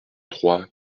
trois